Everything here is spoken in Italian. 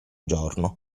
giorno